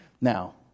Now